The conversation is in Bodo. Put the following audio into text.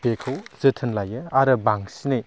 बेखौ जोथोन लायो आरो बांसिनै